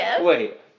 Wait